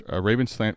Ravens